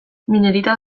minerita